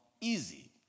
easy